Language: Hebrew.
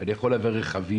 אני יכול להביא רכבים,